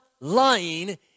lying